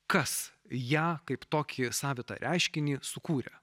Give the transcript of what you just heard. kas ją kaip tokį savitą reiškinį sukūrė